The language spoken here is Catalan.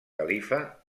califa